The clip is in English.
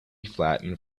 flattened